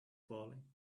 falling